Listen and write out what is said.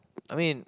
I mean